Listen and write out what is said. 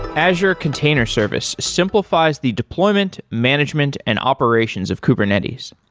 azure container service simplifies the deployment, management and operations of kubernetes.